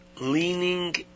leaning